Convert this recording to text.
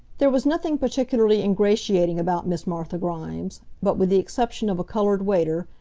there was nothing particularly ingratiating about miss martha grimes, but, with the exception of a coloured waiter,